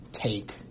take